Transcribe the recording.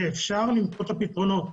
שאפשר למצוא את הפתרונות.